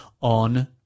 on